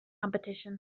competition